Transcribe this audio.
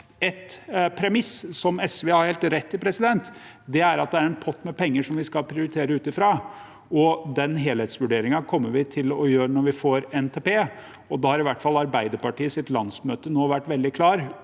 Et premiss som SV har helt rett i, er at det er en pott med penger som vi skal prioritere ut fra. Den helhetsvurderingen kommer vi til å gjøre når vi får NTP, og da har i hvert fall Arbeiderpartiets landsmøte vært veldig klar